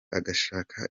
agashaka